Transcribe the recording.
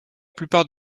plupart